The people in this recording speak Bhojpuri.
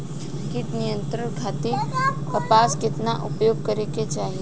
कीट नियंत्रण खातिर कपास केतना उपयोग करे के चाहीं?